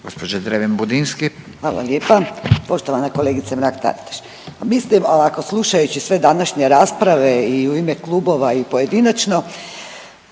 Nadica (HDZ)** Hvala lijepa. Poštovana kolegice Mrak-Taritaš, pa mislim ovako, slušajući sve današnje rasprave i u ime klubova i pojedinačno